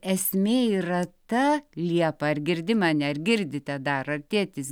esmė yra ta liepa ar girdi mane ar girdite dar tėtis